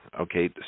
Okay